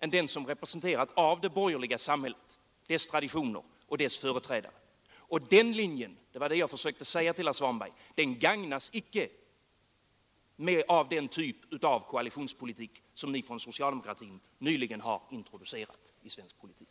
än den som representeras av det borgerliga samhället, dess traditioner och dess företrädare. Och den linjen — det var det jag försökte säga till herr Svanberg — gagnas icke av den typ av koalitionspolitik som ni från socialdemokratin nyligen introducerat i svensk politik.